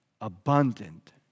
abundant